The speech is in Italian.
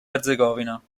erzegovina